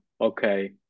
okay